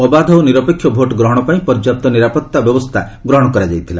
ଅବାଧ ଓ ନୀରପେକ୍ଷ ଭୋଟ ଗ୍ରହଣ ପାଇଁ ପର୍ଯ୍ୟାପ୍ତ ନିରାପତ୍ତା ବ୍ୟବସ୍ଥା ଗ୍ରହଣ କରାଯାଇଥିଲା